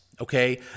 okay